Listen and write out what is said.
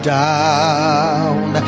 down